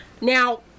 Now